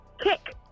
kick